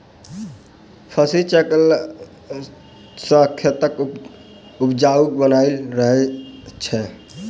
फसिल चक्र सॅ खेतक उपजाउपन बनल रहैत छै